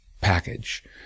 package